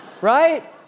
Right